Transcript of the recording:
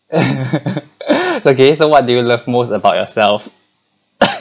okay so what do you love most about yourself